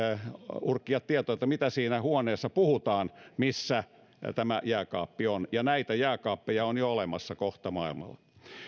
urkkia tietoa mitä puhutaan siinä huoneessa missä tämä jääkaappi on näitä jääkaappeja on jo kohta olemassa maailmalla